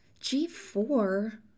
G4